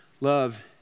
love